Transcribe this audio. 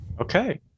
okay